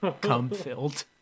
cum-filled